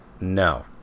No